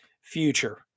future